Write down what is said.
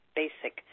basic